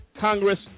Congress